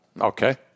Okay